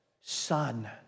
Son